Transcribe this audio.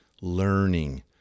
learning